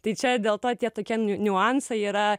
tai čia dėl to tie tokie niuansai yra